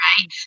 Right